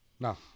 No